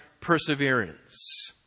perseverance